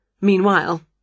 Meanwhile